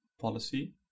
policy